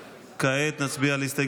מס'